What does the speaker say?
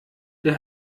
der